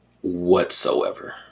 whatsoever